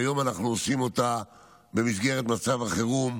היום אנחנו עושים אותה במסגרת מצב החירום,